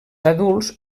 adults